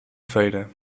feira